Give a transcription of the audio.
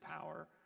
power